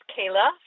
Kayla